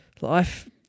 life